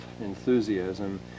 enthusiasm